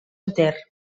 enter